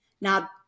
Now